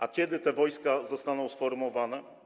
A kiedy te wojska zostaną sformowane?